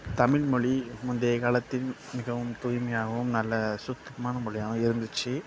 தமிழ்மொழி முந்தைய காலத்தில் மிகவும் தூய்மையாகவும் நல்ல சுத்தமான மொழியாகவும் இருந்துச்சு